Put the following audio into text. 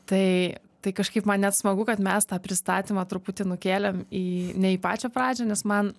tai tai kažkaip man net smagu kad mes tą pristatymą truputį nukėlėm į ne į pačią pradžią nes man